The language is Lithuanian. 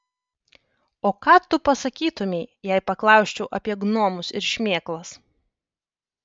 o ką tu pasakytumei jei paklausčiau apie gnomus ir šmėklas